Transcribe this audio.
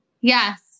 Yes